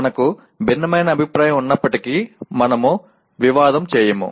మనకు భిన్నమైన అభిప్రాయం ఉన్నప్పటికీ మనము వివాదం చేయము